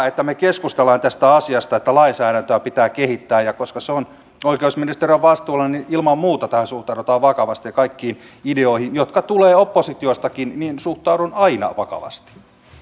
että me keskustelemme tästä asiasta että lainsäädäntöä pitää kehittää ja koska se on oikeusministeriön vastuulla niin ilman muuta tähän suhtaudutaan vakavasti ja kaikkiin ideoihin jotka tulevat oppositiostakin suhtaudun aina vakavasti